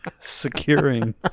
securing